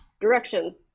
Directions